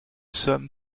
somme